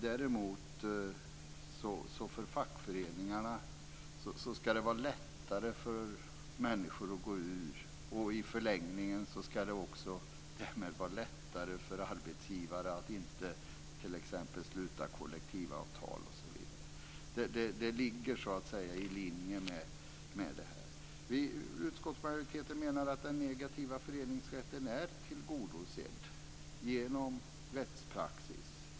Däremot ska det vara lättare för människor att gå ur fackföreningarna. I förlängningen ska det också därmed vara lättare för arbetsgivare att t.ex. inte sluta kollektivavtal. Det ligger i linje med detta resonemang. Utskottsmajoriteten menar att den negativa föreningsrätten är tillgodosedd genom rättspraxis.